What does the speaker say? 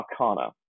Arcana